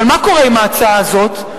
אבל מה קורה עם ההצעה הזאת?